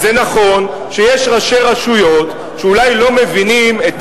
אז זה נכון שיש ראשי רשויות שאולי לא מבינים את